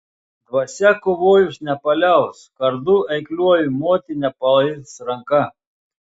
dvasia kovojus nepaliaus kardu eikliuoju moti nepails ranka